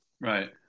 Right